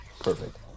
Perfect